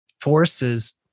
forces